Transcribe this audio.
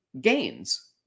gains